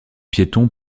piéton